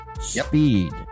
Speed